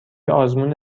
آزمون